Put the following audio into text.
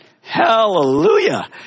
hallelujah